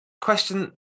Question